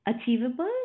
achievable